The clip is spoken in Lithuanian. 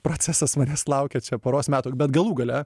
procesas manęs laukia poros metų bet galų gale